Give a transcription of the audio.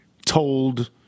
Told